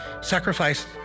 sacrificed